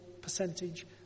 percentage